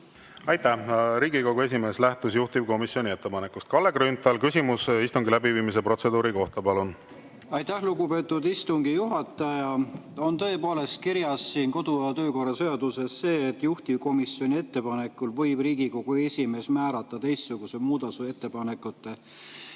Aitäh! Riigikogu esimees lähtus juhtivkomisjoni ettepanekust. Kalle Grünthal, küsimus istungi läbiviimise protseduuri kohta, palun! Aitäh, lugupeetud istungi juhataja! Tõepoolest on kodu- ja töökorra seaduses kirjas, et juhtivkomisjoni ettepanekul võib Riigikogu esimees määrata teistsuguse muudatusettepanekute